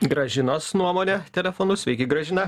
gražinos nuomonė telefonu sveiki gražina